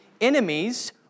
enemies